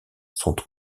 sont